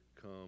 come